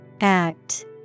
Act